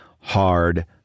hard